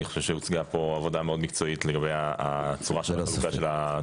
אני חושב שהוצגה פה עבודה מקצועית מאוד לגבי הצורה של --- התוספת.